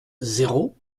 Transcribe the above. zéro